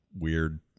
weird